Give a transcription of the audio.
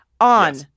on